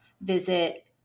visit